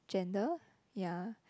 gender ya